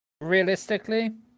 realistically